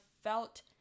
felt